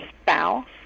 spouse